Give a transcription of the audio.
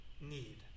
need